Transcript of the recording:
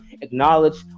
acknowledge